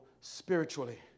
spiritually